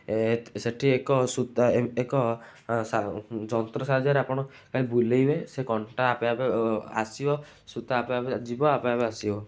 ଏ ସେଠି ଏକ ସୂତା ଏକ ଯନ୍ତ୍ର ସାହାଯ୍ୟରେ ଆପଣ ବୁଲାଇବେ ସେ କଣ୍ଟା ଆପେ ଆପେ ଆସିବ ସୂତା ଆପେ ଆପେ ଯିବ ଆପେ ଆପେ ଆସିବ